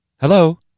hello